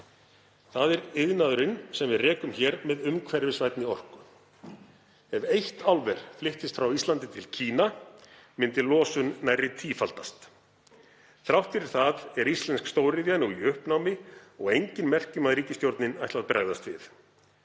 Það er iðnaðurinn sem við rekum hér með umhverfisvænni orku. Ef eitt álver flyttist frá Íslandi til Kína myndi losun nærri tífaldast. Þrátt fyrir það er íslensk stóriðja í uppnámi og engin merki um að ríkisstjórnin ætli að bregðast við.